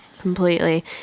completely